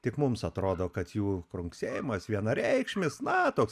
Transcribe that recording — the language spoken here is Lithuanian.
tik mums atrodo kad jų kranksėjimas vienareikšmis na toks